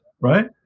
right